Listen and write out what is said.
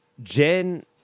Jen